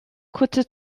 kurze